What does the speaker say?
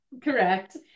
Correct